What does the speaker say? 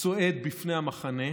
הצועד בפני המחנה.